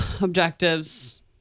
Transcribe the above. objectives